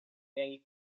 may